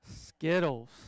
Skittles